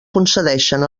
concedeixen